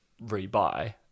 rebuy